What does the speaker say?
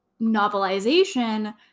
novelization